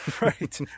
right